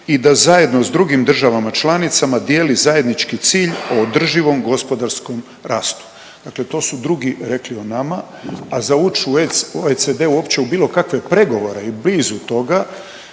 i da zajedno s drugim državama članicama dijeli zajednički cilj o održivom gospodarskom rastu. Dakle to su drugi rekli o nama, a za ući u OECD uopće u bilo kakve pregovore i blizu toga,